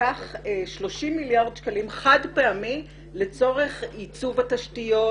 קח 30 מיליארד שקלים חד פעמי לצורך ייצוב התשתיות